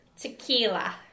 Tequila